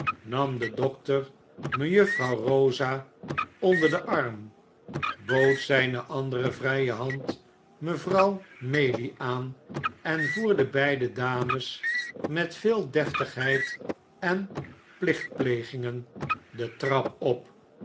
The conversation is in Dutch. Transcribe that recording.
nam de dokter mejuffrouw rosa onder den arm bood zijne andere vrije hand mevrouw maylie aan en voerde beide dames met veel deftigheid en plichtplegingen de trap op